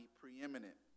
preeminent